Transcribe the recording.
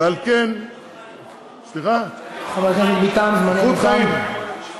איכות חיים.